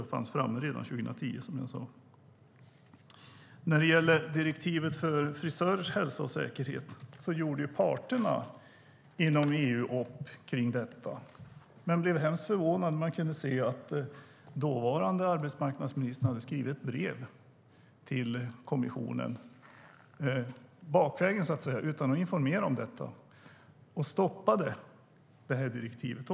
Det var framtaget redan 2010. När det gäller direktivet om frisörers hälsa och säkerhet gjorde parterna inom EU upp. Jag blev hemskt förvånad när jag såg att dåvarande arbetsmarknadsministern hade skrivit ett brev till kommissionen bakvägen, så att säga, alltså utan att informera om det, och stoppade direktivet.